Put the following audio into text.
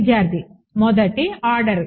విద్యార్థి 1వ ఆర్డర్